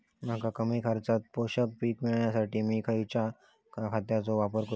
मका कमी खर्चात पोषक पीक मिळण्यासाठी मी खैयच्या खतांचो वापर करू?